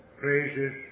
praises